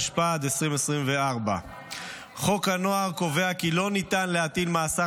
התשפ"ד 2024. חוק הנוער קובע כי לא ניתן להטיל מאסר